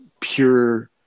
pure